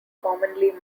commonly